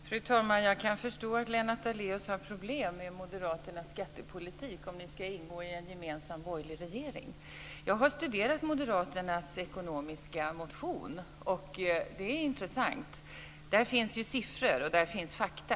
Fru talman! Jag kan förstå att Lennart Daléus har problem med Moderaternas skattepolitik om de ska ingå i en gemensam borgerlig regering. Jag har studerat Moderaternas ekonomiska motion, och den är intressant. Där finns siffror och där finns fakta.